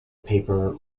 paper